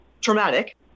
traumatic